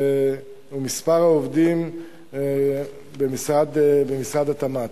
הוא מספר העובדים במשרד התמ"ת.